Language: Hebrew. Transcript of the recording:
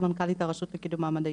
סמנכ"לית הרשות לקידום מעמד האישה.